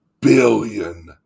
billion